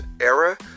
era